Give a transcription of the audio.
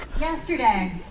Yesterday